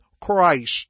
Christ